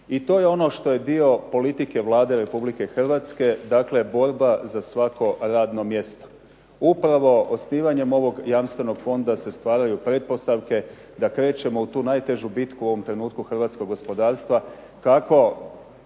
I to je ono što je dio politike Vlade Republike Hrvatske, dakle borba za svako radno mjesto. Upravo osnivanjem ovog jamstvenog fonda se stvaraju pretpostavke da krećemo u tu najtežu bitku u ovom trenutku hrvatskog gospodarstva kako